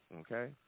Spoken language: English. okay